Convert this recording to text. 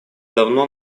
давно